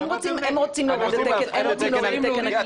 הם רוצים להוריד את תקן הכליאה.